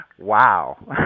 Wow